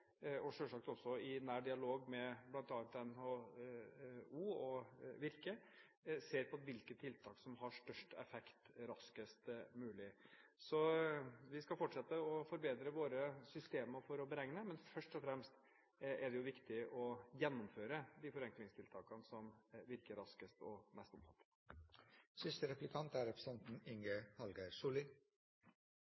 får, selvsagt også i nær dialog med bl.a. NHO og Virke, og ser på hvilke tiltak som har størst effekt raskest mulig. Vi skal fortsette å forbedre våre systemer for beregning, men først og fremst er det jo viktig å gjennomføre de forenklingstiltakene som virker raskest og er mest